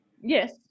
Yes